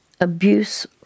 abuse